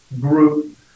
group